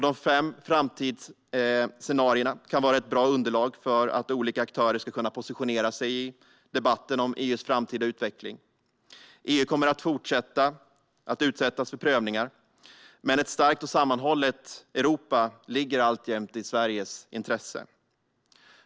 De fem framtidsscenarierna kan vara ett bra underlag för olika aktörer att kunna positionera sig i debatten om EU:s framtida utveckling. EU kommer att fortsätta att utsättas för prövningar. Men ett starkt och sammanhållet Europa ligger alltjämt i Sveriges intresse.